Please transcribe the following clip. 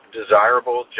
desirable